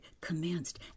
commenced